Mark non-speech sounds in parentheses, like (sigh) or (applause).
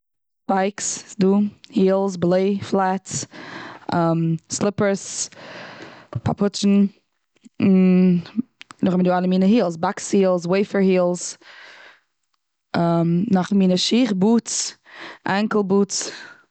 ספייקס איז דא, הילס, בעלעט פלעטס, (hesitation) סליפערס, פופוטשן, (hesitation) נאך דעם איז דא אלע מינע הילס, באקס הילס, וועיפער הילס. נאך מינע שיך. בוטס, ענקל בוטס.